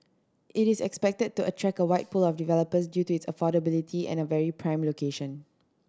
it is expected to attract a wide pool of developers due to its affordability and a very prime location